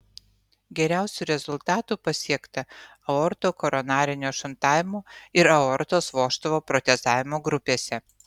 geriausių rezultatų pasiekta aortokoronarinio šuntavimo ir aortos vožtuvo protezavimo grupėse